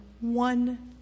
one